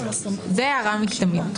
זאת הערה מקדמית.